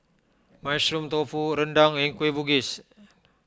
Mushroom Tofu Rendang and Kueh Bugis